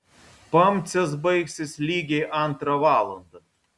pamcės baigsis lygiai antrą valandą